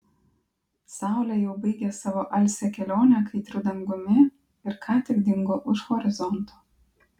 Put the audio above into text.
saulė jau baigė savo alsią kelionę kaitriu dangumi ir ką tik dingo už horizonto